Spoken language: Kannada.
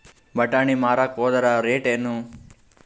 ಬಟಾನಿ ಮಾರಾಕ್ ಹೋದರ ರೇಟೇನು?